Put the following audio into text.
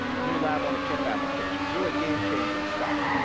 new lab-on-a-chip applications, really game-changing stuff.